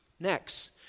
Next